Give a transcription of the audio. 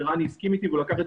אירוע של